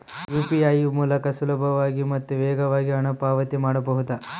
UPI ಮೂಲಕ ಸುಲಭವಾಗಿ ಮತ್ತು ವೇಗವಾಗಿ ಹಣ ಪಾವತಿ ಮಾಡಬಹುದಾ?